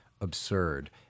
absurd